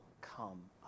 come